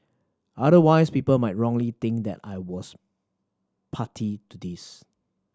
otherwise people might wrongly think that I was party to this